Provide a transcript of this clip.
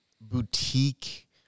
boutique